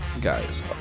guys